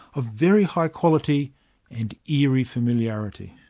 of very high quality and eerie familiarity.